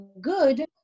good